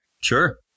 Sure